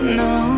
no